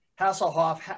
Hasselhoff